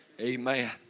Amen